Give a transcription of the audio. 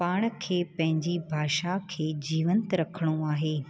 पाण खे पंहिंजी भाषा खे जीवंत रखिणो आहे